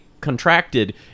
contracted